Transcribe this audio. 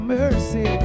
mercy